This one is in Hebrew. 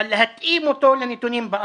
אבל להתאים אותו לנתונים בארץ.